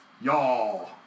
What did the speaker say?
Y'all